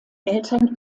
eltern